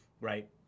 right